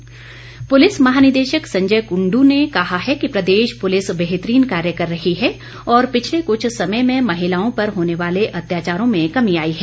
Sanjay Kund police महानिदेशक संजय कुंडु ने कहा है कि प्रदेश पुलिस बेहतरीन कार्य कर रही है और पिछले कुछ समय में महिलाओं पर होने वाले अत्याचारों में कमी आई है